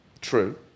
true